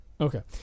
Okay